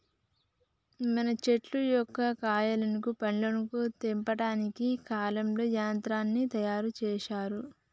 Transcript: మనం చెట్టు యొక్క కాయలను పండ్లను తెంపటానికి ఈ కాలంలో యంత్రాన్ని తయారు సేసారు